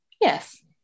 Yes